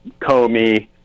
Comey